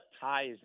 ties